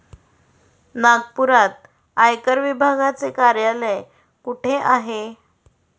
नागपुरात आयकर विभागाचे कार्यालय कुठे आहे?